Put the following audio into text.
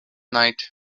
night